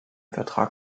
vertrag